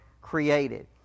created